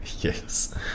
Yes